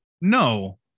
no